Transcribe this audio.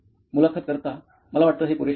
मुलाखत कर्ताः मला वाटतं हे पुरेसे आहे